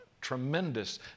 tremendous